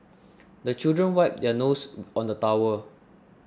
the children wipe their noses on the towel